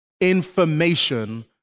information